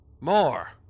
more